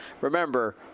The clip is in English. remember